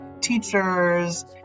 teachers